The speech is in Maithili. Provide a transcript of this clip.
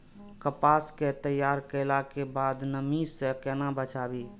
कपास के तैयार कैला कै बाद नमी से केना बचाबी?